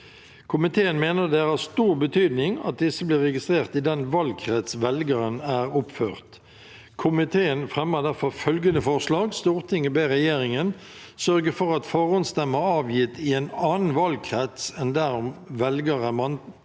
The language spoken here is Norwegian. Komiteen mener det er av stor betydning at disse blir registrert i den valgkrets velgeren er oppført. Komiteen fremmer derfor følgende forslag: «Stortinget ber regjeringen sørge for at forhåndsstemmer og stemmer avgitt i en annen valgkrets enn der velger er